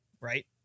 right